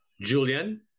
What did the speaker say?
Julian